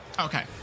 Okay